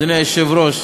אדוני היושב-ראש,